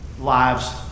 Lives